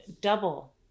double